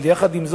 אבל עם זאת,